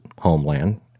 homeland